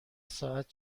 ساعت